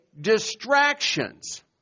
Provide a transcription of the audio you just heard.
distractions